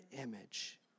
image